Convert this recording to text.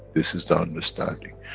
this is the understanding.